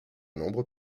nombre